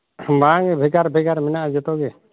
ᱵᱟᱝ ᱜᱮ ᱵᱷᱮᱜᱟᱨ ᱵᱷᱮᱜᱟᱨ ᱢᱮᱱᱟᱜᱼᱟ ᱡᱚᱛᱚ ᱜᱮ